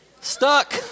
Stuck